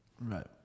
Right